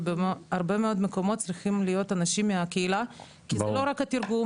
ובהרבה מאוד מקומות כי זה לא רק התרגום